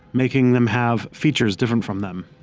making them have features different from them.